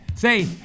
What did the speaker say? Say